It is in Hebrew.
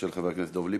של חבר הכנסת דב ליפמן,